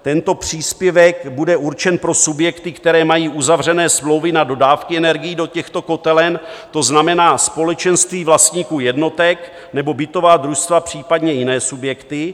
Tento příspěvek bude určen pro subjekty, které mají uzavřené smlouvy na dodávky energií do těchto kotelen, to znamená společenství vlastníků jednotek nebo bytová družstva, případně jiné subjekty.